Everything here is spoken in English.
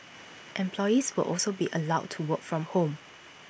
employees will also be allowed to work from home